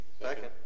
Second